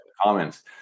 comments